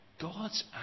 God's